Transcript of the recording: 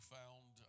found